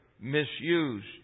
misused